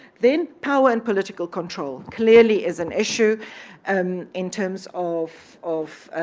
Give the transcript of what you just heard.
then power and political control clearly is an issue um in terms of of